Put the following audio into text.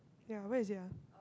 ya where is it ya